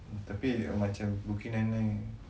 tapi macam brooklyn nine nine